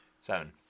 seven